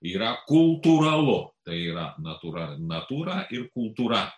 yra kultūralu tai yra natūra natūra ir kultūra